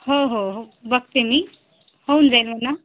हो हो हो बघते मी होऊन जाईन म्हणा